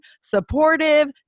supportive